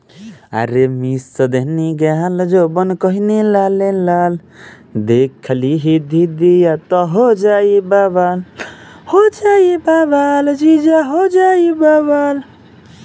PPF खाता के का फायदा बा?